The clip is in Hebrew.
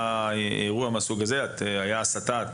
אם והיה אירוע מהסוג הזה של הסתה,